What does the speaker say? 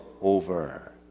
over